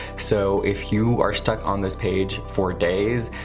so if you are stuck on this page for days,